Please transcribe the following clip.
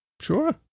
sure